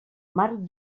marc